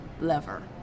lever